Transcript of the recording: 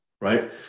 right